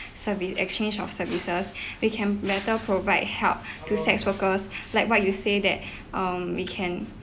service exchange of services they can better provide help to sex workers like what you say that um we can